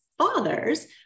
Fathers